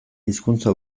hizkuntza